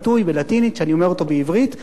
שאני אומר אותו בעברית: לכסף